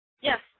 Yes